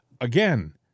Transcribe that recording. Again